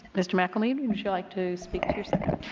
mr. mcelveen, would you like to speak to your second?